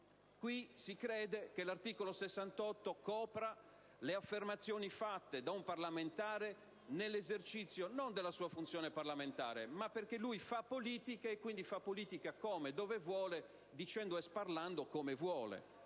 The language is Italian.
si crede che l'articolo 68 copra le affermazioni fatte da un parlamentare non nell'esercizio della sua funzione parlamentare, ma perché fa politica e quindi fa politica dove e come vuole dicendo a sparlando come vuole.